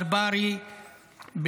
ברברי,